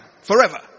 forever